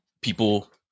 people